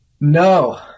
No